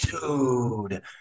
dude